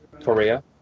Korea